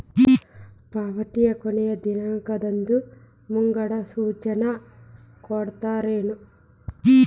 ಪಾವತಿ ಕೊನೆ ದಿನಾಂಕದ್ದು ಮುಂಗಡ ಸೂಚನಾ ಕೊಡ್ತೇರೇನು?